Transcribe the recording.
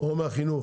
או החינוך,